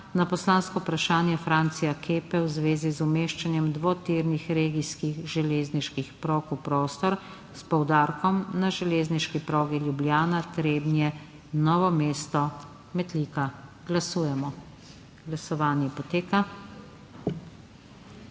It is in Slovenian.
na poslansko vprašanje Francija Kepe v zvezi z umeščanjem dvotirnih regijskih železniških prog v prostor s poudarkom na železniški progi Ljubljana–Trebnje–Novo mesto–Metlika. Glasujemo. Navzočih